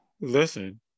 listen